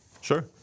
Sure